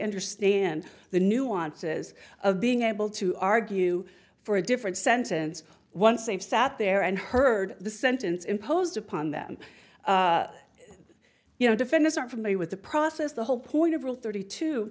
understand the nuances of being able to argue for a different sentence once they've sat there and heard the sentence imposed upon them you know defendants are familiar with the process the whole point of rule thirty two